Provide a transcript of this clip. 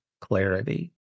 clarity